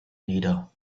nieder